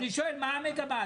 אני שואל מה המגמה,